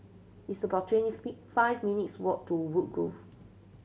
it's about twenty fifth five minutes' walk to Woodgrove